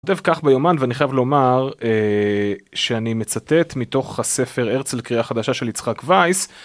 כך ביומן ואני חייב לומר שאני מצטט מתוך הספר ארצל קריאה חדשה של יצחק וייס.